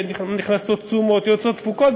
נכנסות תשומות ויוצאות תפוקות,